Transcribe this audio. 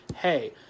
hey